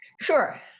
Sure